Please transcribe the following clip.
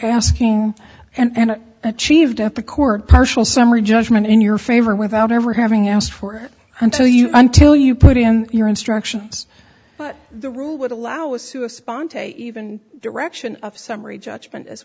asking and achieved at the court partial summary judgment in your favor without ever having asked for until you until you put in your instructions but the rule would allow us to a spontaneous even direction of summary judgment as